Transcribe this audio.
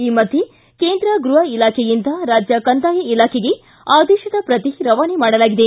ಈ ಮಧ್ಯೆ ಕೇಂದ್ರ ಗ್ಬಹ ಇಲಾಖೆಯಿಂದ ರಾಜ್ಯ ಕಂದಾಯ ಇಲಾಖೆಗೆ ಆದೇಶದ ಪ್ರತಿ ರವಾನೆ ಮಾಡಲಾಗಿದೆ